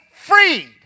freed